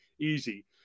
easy